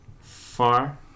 far